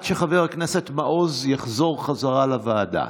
שחבר הכנסת מעוז יחזור בחזרה לוועדה.